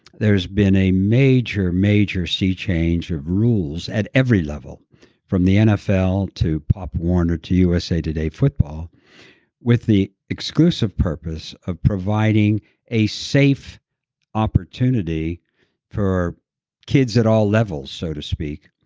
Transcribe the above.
there's been a major, major sea change of rules at every level from the nfl to pop warner, to usa today football with the exclusive purpose of providing a safe opportunity for kids at all levels, so to speak,